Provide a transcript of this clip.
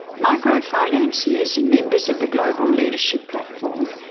microfinanciers and members of the global leadership platform,